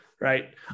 right